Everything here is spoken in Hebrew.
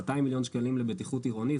200 מיליון שקלים לבטיחות עירונית,